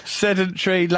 sedentary